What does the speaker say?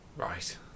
Right